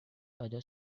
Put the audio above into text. other